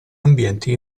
ambienti